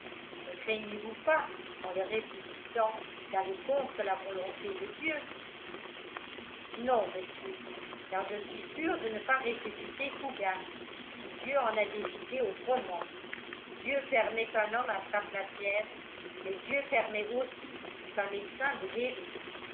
ne craignez-vous pas en le ressuscitant d'aller contre la volonté de dieu non monsieur car je suis sûr de ne pas ressusciter fougas si dieu en a décidé autrement dieu permet qu'un homme attrape la fièvre mais dieu permet aussi qu'un médecin le guérisse